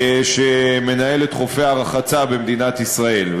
שמנהל את חופי הרחצה במדינת ישראל.